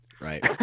Right